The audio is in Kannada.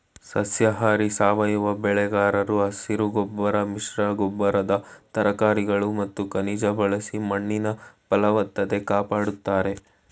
ಸಸ್ಯಾಹಾರಿ ಸಾವಯವ ಬೆಳೆಗಾರರು ಹಸಿರುಗೊಬ್ಬರ ಮಿಶ್ರಗೊಬ್ಬರದ ತರಕಾರಿಗಳು ಮತ್ತು ಖನಿಜ ಬಳಸಿ ಮಣ್ಣಿನ ಫಲವತ್ತತೆ ಕಾಪಡ್ತಾರೆ